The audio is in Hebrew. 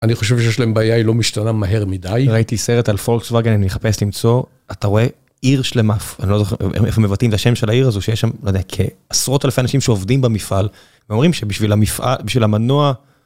אני חושב שיש להם בעיה היא לא משתנה מהר מדי. ראיתי סרט על פולקסווגן, אני מחפש למצוא, אתה רואה עיר שלמה, אני לא זוכר איפה מבטאים את השם של העיר הזו, שיש שם, לא יודע, כעשרות אלפי אנשים שעובדים במפעל, ואומרים שבשביל המפעל, בשביל המנוע...